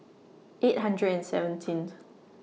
eight hundred and seventeenth